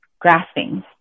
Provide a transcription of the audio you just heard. grasping